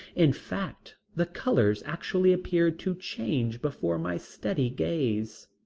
in fact the colors actually appeared to change before my steady gaze.